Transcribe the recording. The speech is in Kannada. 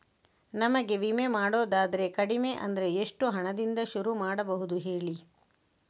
ನಮಗೆ ವಿಮೆ ಮಾಡೋದಾದ್ರೆ ಕಡಿಮೆ ಅಂದ್ರೆ ಎಷ್ಟು ಹಣದಿಂದ ಶುರು ಮಾಡಬಹುದು ಹೇಳಿ